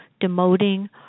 demoting